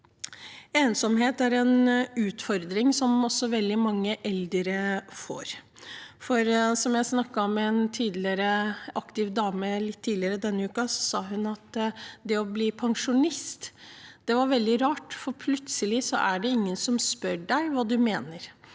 Ensomhet er også en utfordring som veldig mange eldre får. Jeg snakket med en tidligere aktiv dame tidligere denne uken, og hun sa at det å bli pensjonist var veldig rart, for plutselig er det ingen som spør deg hva du mener.